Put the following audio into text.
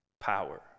power